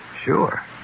Sure